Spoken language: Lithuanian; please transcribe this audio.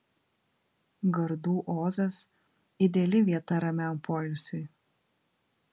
gardų ozas ideali vieta ramiam poilsiui